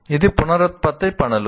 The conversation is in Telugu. ఇవి పునరుత్పత్తి పనులు